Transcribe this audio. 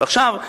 ועכשיו,